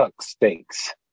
steaks